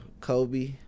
Kobe